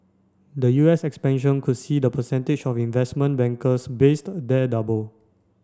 the U S expansion could see the percentage of investment bankers based there double